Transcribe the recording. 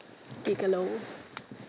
gigolo